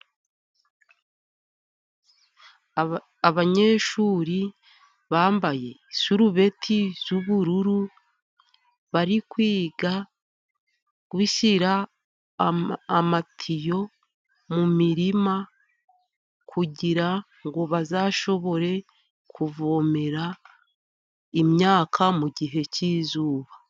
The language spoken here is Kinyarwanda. Abanyeshuri bambaye isurubeti y'ubururu, bari kwiga gushyira amatiyo mu mirima, kugira ngo bazashobore kuvomera imyaka mu gihe cy'izuba.